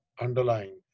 underlying